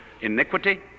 iniquity